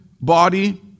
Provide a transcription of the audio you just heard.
body